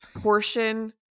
portion